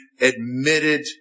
admitted